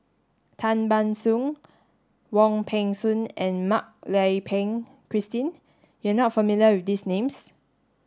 Tan Ban Soon Wong Peng Soon and Mak Lai Peng Christine you are not familiar with these names